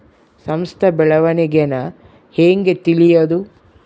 ಸಂಸ್ಥ ಬೆಳವಣಿಗೇನ ಹೆಂಗ್ ತಿಳ್ಯೇದು